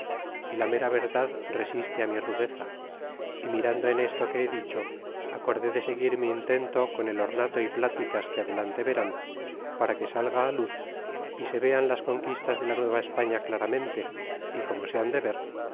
y la mera verdad resiste mi rudeza y mirando en esto que he dicho acordé de seguir mi intento con el ornato y pláticas que adelante verán para que salga luz y se vean las conquistas de la nueva españa claramente y como se han de ver